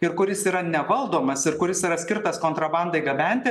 ir kuris yra nevaldomas ir kuris yra skirtas kontrabandai gabenti